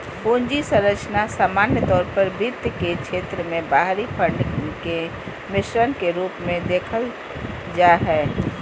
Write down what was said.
पूंजी संरचना सामान्य तौर पर वित्त के क्षेत्र मे बाहरी फंड के मिश्रण के रूप मे देखल जा हय